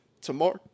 tomorrow